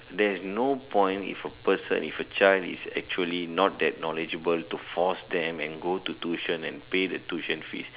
there's no point if a person if a child is actually not that knowledgeable to force them and go to tuition and pay the tuition fees